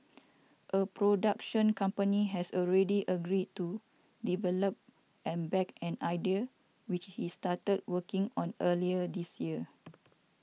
a production company has already agreed to develop and back an idea which he started working on earlier this year